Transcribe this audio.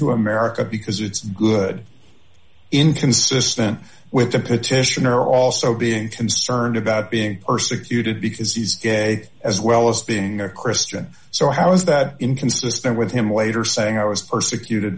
to america because it's good inconsistent with the petitioner also being concerned about being persecuted because he's gay as well as being their christian so how is that inconsistent with him later saying i was persecuted